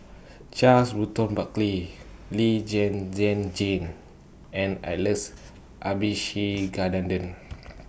Charles Burton Buckley Lee Zhen Zhen Jane and Alex Abisheganaden